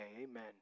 Amen